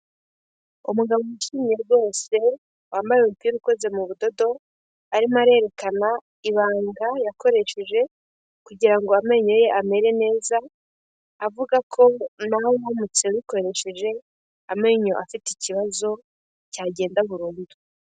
Umugabo wishimye rwose, wambaye umupira ukoze mu budodo, arimo arerekana, ibanga, yakoresheje, kugira ngo amenyo ye amere neza, avuga ko, nawe uramutse abikoresheje, amenyo afite ikibazo, cyagenda burundu.